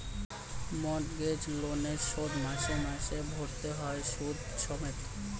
mortgage লোনের শোধ মাসে মাসে ভরতে হয় সুদ সমেত